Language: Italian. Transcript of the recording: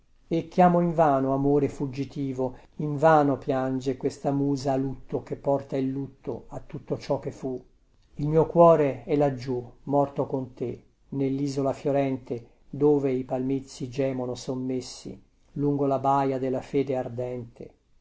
e chiamo invano amore fuggitivo invano piange questa musa a lutto che porta il lutto a tutto ciò che fu il mio cuore è laggiù morto con te nellisola fiorente dove i palmizi gemono sommessi lungo la baia della fede ardente